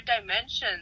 dimensions